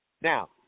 Now